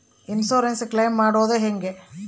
Insurance claim ಮಾಡದು ಹೆಂಗೆ?